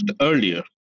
earlier